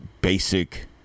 basic